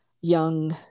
young